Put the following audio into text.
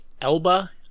Elba